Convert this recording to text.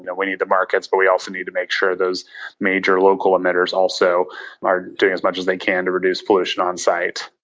you know we need the markets, but we also need to make sure those major local emitters also are doing as much as they can to reduce pollution on-site.